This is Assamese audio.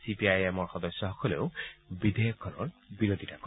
চি পি আই এমৰ সদস্যসকলেও বিধেয়কখনৰ বিৰোধিতা কৰে